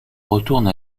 retourne